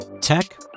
Tech